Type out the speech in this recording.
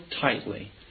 tightly